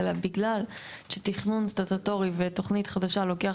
זה בגלל שתכנון סטטוטורי בתוכנית חדשה לוקח